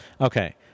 Okay